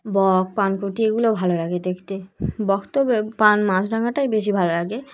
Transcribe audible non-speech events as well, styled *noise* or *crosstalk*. বক পানকৌটি এগুলো ভালো লাগে দেখতে বক *unintelligible* মাছ রাঙাটাই বেশি ভালো লাগে